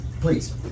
please